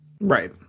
Right